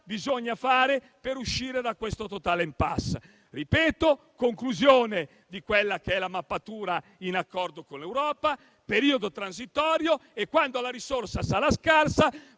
bisogna fare per uscire da questa totale *impasse*. Lo ribadisco: conclusione della mappatura, in accordo con l'Europa, periodo transitorio e poi, quando la risorsa sarà scarsa,